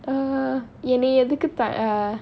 uh என்ன எதுக்கு:enna edhuku uh